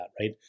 right